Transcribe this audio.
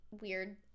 weird